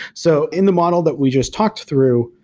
so in the model that we just talked through,